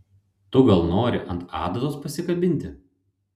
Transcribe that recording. tu gal nori ant adatos pasikabinti